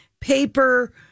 paper